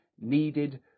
needed